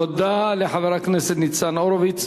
תודה לחבר הכנסת ניצן הורוביץ.